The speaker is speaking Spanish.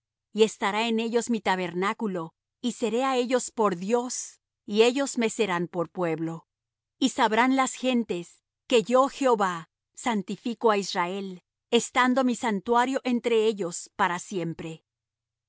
y estará en ellos mi tabernáculo y seré á ellos por dios y ellos me serán por pueblo y sabrán las gentes que yo jehová santifico á israel estando mi santuario entre ellos para siempre